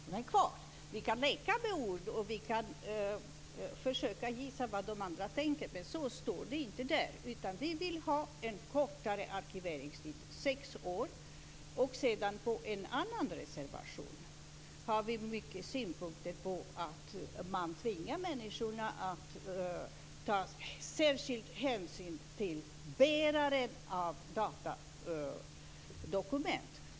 Fru talman! Reservationen säger inte "så länge datorn är kvar". Vi kan leka med ord, och vi kan försöka gissa vad de andra tänker. Men så står det inte i reservationen. Vi vill ha en kortare arkiveringstid, sex år. Sedan har vi i en annan reservation många synpunkter på att man tvingar människor att ta särskild hänsyn till bärare av datadokument.